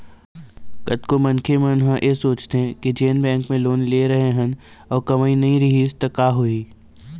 कतको मनखे मन ह ऐ सोचथे के जेन बेंक म लोन ले रेहे हन अउ कमई नइ रिहिस त का होही